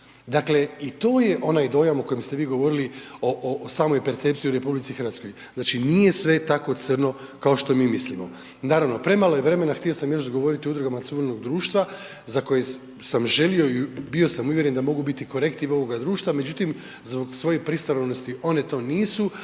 Dakle, i to je onaj dojam o kojem ste vi govorili, o samoj percepciji u RH, znači nije sve tako crno kao što mi mislimo. Naravno, premalo je vremena, htio sam još govoriti o udrugama suvremenog društva za koje sam želio i bio sam uvjeren da mogu biti korektiv ovoga društva, međutim, zbog svoje pristranosti one to nisu,